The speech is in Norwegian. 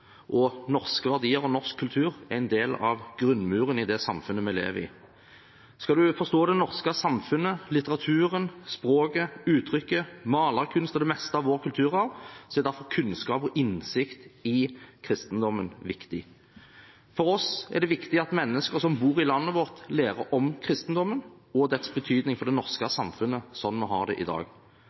og norske verdier og norsk kultur er en del av grunnmuren i det samfunnet vi lever i. Skal man forstå det norske samfunnet, litteraturen, språket, uttrykket, malerkunsten og det meste av vår kulturarv, er derfor kunnskap om og innsikt i kristendommen viktig. For oss er det viktig at mennesker som bor i landet vårt, lærer om kristendommen og dens betydning for det norske samfunnet, slik det er i dag.